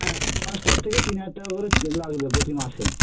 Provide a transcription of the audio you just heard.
হ্যাঁ তিন মাস পর থেকে তিন হাজার টাকা করে লাগবে প্রতি মাসে